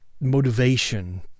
motivation